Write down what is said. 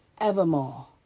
evermore